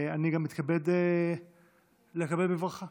אני גם מתכבד לקבל בברכה